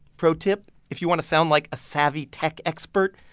pro-tip if you want to sound like a savvy tech expert,